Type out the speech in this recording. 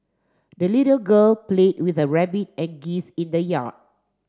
the little girl played with her rabbit and geese in the yard